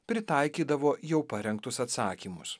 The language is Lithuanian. pritaikydavo jau parengtus atsakymus